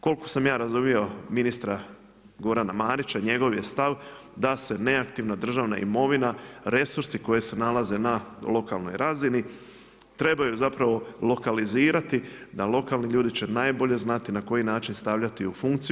Koliko sam ja razumio ministra Gorana Marića njegov je stav da se neaktivna državna imovina, resursi koji se nalaze na lokalnoj razini trebaju zapravo lokalizirati, da lokalni ljudi će najbolje znati na koji način stavljati u funkciju.